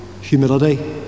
humility